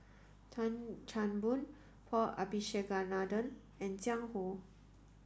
Tan Chan Boon Paul Abisheganaden and Jiang Hu